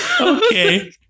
Okay